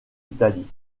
italie